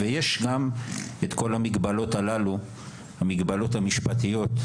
ויש גם את כל המגבלות הללו המגבלות המשפטיות,